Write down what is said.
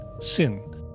sin